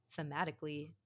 thematically